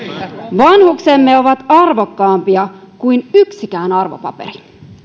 vanhuksemme ovat arvokkaampia kuin yksikään arvopaperi